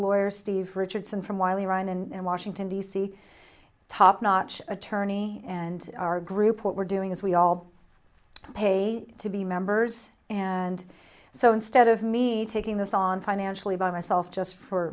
lawyer steve richardson from wiley rhine and washington d c top notch attorney and our group what we're doing is we all i pay to be members and so instead of me taking this on financially by myself just for